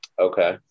Okay